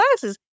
glasses